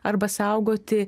arba saugoti